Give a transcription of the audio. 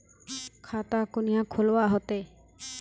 खाता कुनियाँ खोलवा होते?